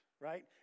right